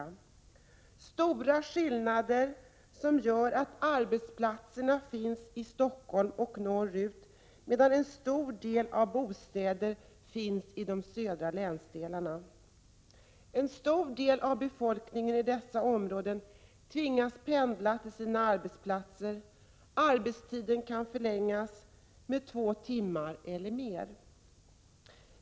Det är stora skillnader som gör att arbetsplatserna finns i Stockholm och norrut, medan en stor del av bostäderna finns i de södra länsdelarna. En stor del av befolkningen i dessa områden tvingas pendla till sina arbetsplatser. Arbetstiden kan förlängas med två timmar eller mer.